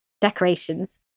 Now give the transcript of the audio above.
decorations